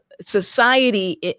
society